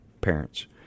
Parents